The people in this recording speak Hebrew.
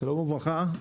שלום וברכה,